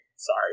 Sorry